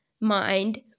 mind